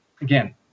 Again